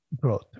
growth